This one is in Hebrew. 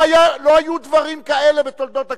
לא היו דברים כאלה בתולדות הכנסת.